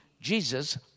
Jesus